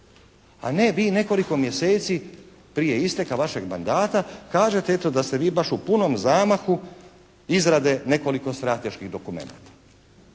A ne vi nekoliko mjeseci prije isteka vašeg mandata kažete eto da ste vi baš u punom zamahu izrade nekoliko strateških dokumenata.